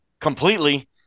completely